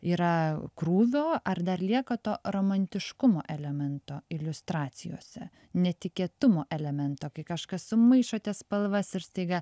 yra krūvio ar dar lieka to romantiškumo elemento iliustracijose netikėtumo elemento kai kažkas sumaišote spalvas ir staiga